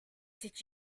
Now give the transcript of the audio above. did